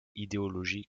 idéologie